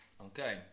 Okay